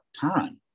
time